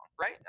right